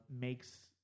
makes